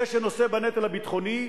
זה שנושא בנטל הביטחוני,